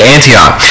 Antioch